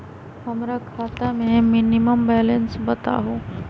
हमरा खाता में मिनिमम बैलेंस बताहु?